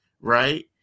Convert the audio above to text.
right